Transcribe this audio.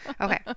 Okay